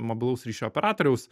mobilaus ryšio operatoriaus